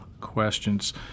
questions